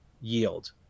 yield